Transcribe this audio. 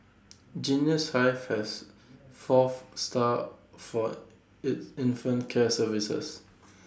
Genius hive has four of staff for its infant care services